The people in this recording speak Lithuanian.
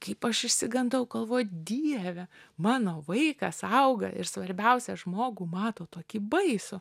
kaip aš išsigandau galvoju dieve mano vaikas auga ir svarbiausią žmogų mato tokį baisų